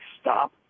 stop